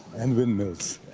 and windmills.